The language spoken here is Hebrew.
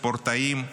ספורטאים.